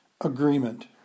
agreement